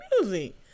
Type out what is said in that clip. music